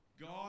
God